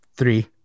three